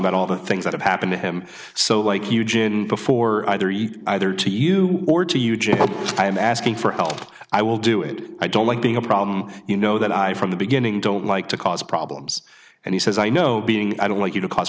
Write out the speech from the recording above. about all the things that have happened to him so like you gin before either you either to you or to you jim i'm asking for help i will do it i don't like being a problem you know that i from the beginning don't like to cause problems and he says i know being i don't want you to cause